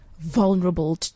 vulnerable